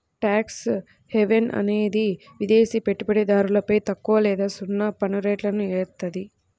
tax haven అనేది విదేశి పెట్టుబడిదారులపై తక్కువ లేదా సున్నా పన్నురేట్లను ఏత్తాది